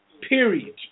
period